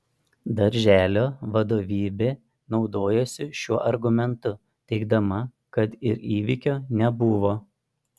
darželio vadovybė naudojosi šiuo argumentu teigdama kad ir įvykio nebuvo